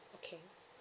okay